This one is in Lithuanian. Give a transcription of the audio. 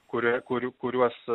kuria kurių kuriuos